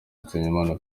nsengimana